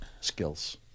skills